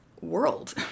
world